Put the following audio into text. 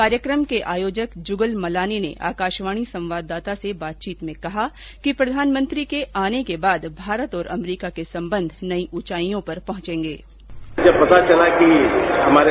कार्यक्रम के आयोजक जुगल मलानी ने आकाशवाणी संवाददाता से बातचीत में कहा कि प्रधानमंत्री के आने के बाद भारत और अमरीका के संबंध नई ऊंचाईयों पर पहुंचेंगे